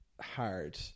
hard